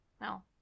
No